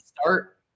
start